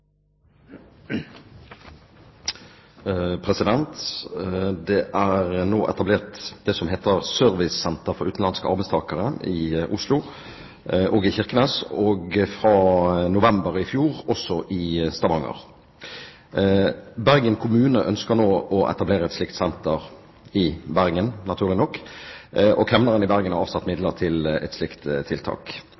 koble det opp mot menneskehandelsakene. Dette spørsmålet er trukket tilbake. «Det er nå etablert servicesenter for utenlandske arbeidstakere i Oslo, Kirkenes og fra november i fjor også i Stavanger. Bergen kommune ønsker nå å etablere et slikt senter, og kemneren i Bergen har avsatt